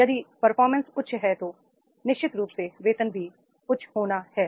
यदि परफॉर्मेंस उच्च है तो निश्चित रूप से वेतन भी उच्च होना है